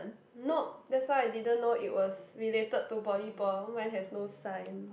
nope that's why I didn't know it was related to volleyball mine has no sign